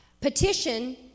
petition